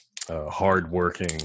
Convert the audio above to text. hard-working